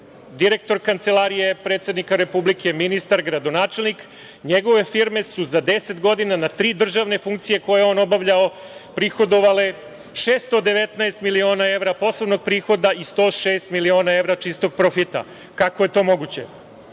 direktor Kancelarije predsednika Republike, ministar, gradonačelnik, njegove firme su za deset godina na tri državne funkcije koje je on obavljao prihodovale 619 miliona evra poslovnog prihoda i 106 miliona evra čistog profita. Kako je to moguće?